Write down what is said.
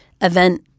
event